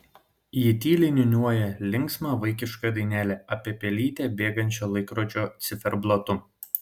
ji tyliai niūniuoja linksmą vaikišką dainelę apie pelytę bėgančią laikrodžio ciferblatu